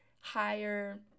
higher